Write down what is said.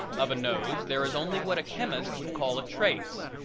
of a nose there is only what a chemist would call a trace.